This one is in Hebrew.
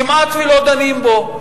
כמעט שלא דנים בו.